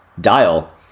dial